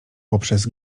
poprzez